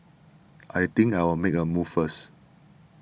I think I'll make a move first